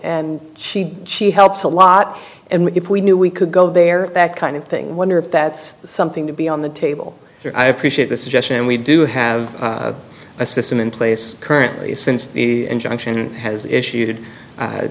and she she helps a lot and if we knew we could go there that kind of thing wonder if that's something to be on the table i appreciate the suggestion and we do have a system in place currently since the injunction has issued